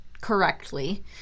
correctly